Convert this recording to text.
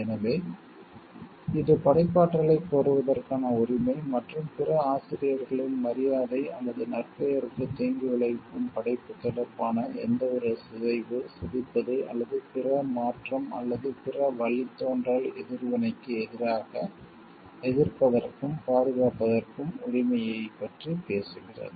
எனவே இது படைப்பாற்றலைக் கோருவதற்கான உரிமை மற்றும் பிற ஆசிரியர்களின் மரியாதை அல்லது நற்பெயருக்கு தீங்கு விளைவிக்கும் படைப்பு தொடர்பான எந்தவொரு சிதைவு சிதைப்பது அல்லது பிற மாற்றம் அல்லது பிற வழித்தோன்றல் எதிர்வினைக்கு எதிராக எதிர்ப்பதற்கும் பாதுகாப்பதற்கும் உரிமையைப் பற்றி பேசுகிறது